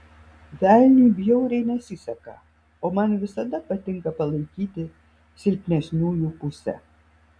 velniui bjauriai nesiseka o man visada patinka palaikyti silpnesniųjų pusę